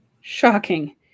Shocking